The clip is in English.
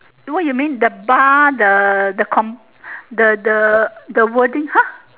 what you mean the bar the the com the the wording !huh!